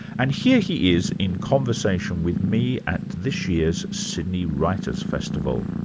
and here he is in conversation with me at this year's sydney writers' festival.